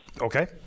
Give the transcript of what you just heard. Okay